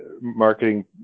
marketing